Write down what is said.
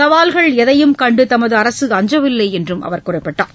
சவால்கள் எதையும் கண்டு தமது அரசு அஞ்சவில்லை என்றும் அவர் கூறினார்